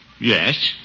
yes